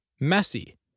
messy